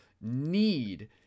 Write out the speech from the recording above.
need